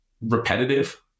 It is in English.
repetitive